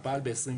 הוא פעל ב-21',